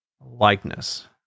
Likeness